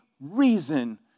reason